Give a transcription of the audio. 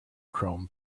chrome